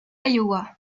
iowa